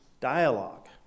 dialogue